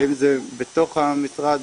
האם זה בתוך המשרד,